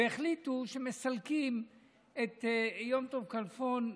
והחליטו שמסלקים את יום טוב כלפון.